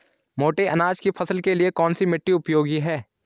मोटे अनाज की फसल के लिए कौन सी मिट्टी उपयोगी है?